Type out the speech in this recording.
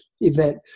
event